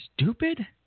stupid